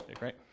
right